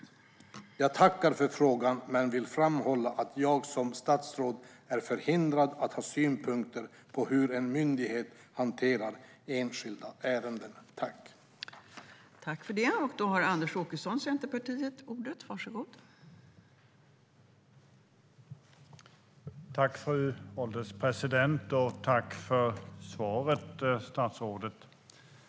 Jag tackar för frågan men vill framhålla att jag som statsråd är förhindrad att ha synpunkter på hur en myndighet hanterar enskilda ärenden.